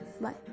bye